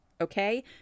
Okay